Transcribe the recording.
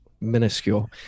minuscule